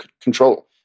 control